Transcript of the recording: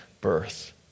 birth